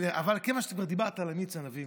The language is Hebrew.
אבל כיוון שכבר דיברת על מיץ ענבים,